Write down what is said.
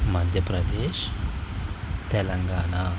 Madhya Pradesh Telangana